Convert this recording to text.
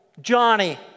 Johnny